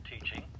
teaching